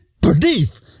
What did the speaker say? believe